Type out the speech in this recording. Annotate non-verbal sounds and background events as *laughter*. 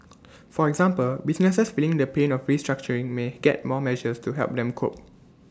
*noise* for example businesses feeling the pain of restructuring may get more measures to help them cope